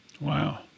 Wow